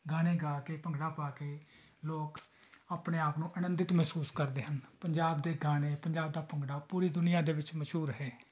ਗਾਣੇ ਗਾ ਕੇ ਭੰਗੜਾ ਪਾ ਕੇ ਲੋਕ ਆਪਣੇ ਆਪ ਨੂੰ ਆਨੰਦਿਤ ਮਹਿਸੂਸ ਕਰਦੇ ਹਨ ਪੰਜਾਬ ਦੇ ਗਾਣੇ ਪੰਜਾਬ ਦਾ ਭੰਗੜਾ ਪੂਰੀ ਦੁਨੀਆ ਦੇ ਵਿੱਚ ਮਸ਼ਹੂਰ ਹੈ